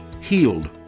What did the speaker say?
healed